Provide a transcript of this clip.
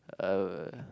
a